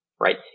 Right